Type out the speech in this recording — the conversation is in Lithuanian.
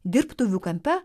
dirbtuvių kampe